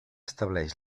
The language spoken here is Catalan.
estableix